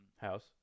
House